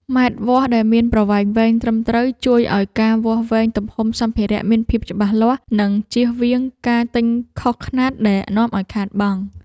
ម៉ែត្រវាស់ដែលមានប្រវែងវែងត្រឹមត្រូវ ជួយឱ្យការវាស់វែងទំហំសម្ភារៈមានភាពច្បាស់លាស់ និងជៀសវាងការទិញខុសខ្នាតដែលនាំឱ្យខាតបង់។